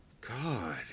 God